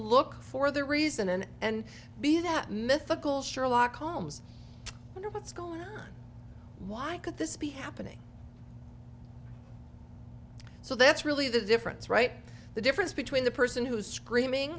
look for the reason an and b that mythical sherlock holmes wonder what's going on why i could this be happening so that's really the difference right the difference between the person who is screaming